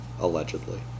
allegedly